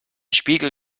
spiegel